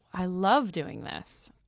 i love doing this!